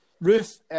Ruth